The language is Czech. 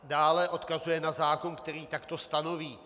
Dále odkazuje na zákon, který takto stanoví.